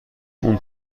اون